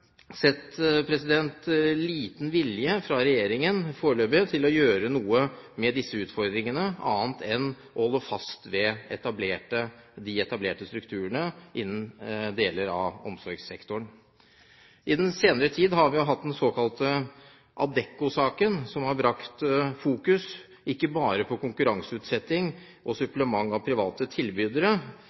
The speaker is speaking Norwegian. sett liten vilje fra regjeringen til å gjøre noe med disse utfordringene, annet enn å holde fast ved de etablerte strukturene innen deler av omsorgssektoren. I den senere tid har vi hatt den såkalte Adecco-saken, som har satt fokus ikke bare på konkurranseutsetting og supplement av private tilbydere,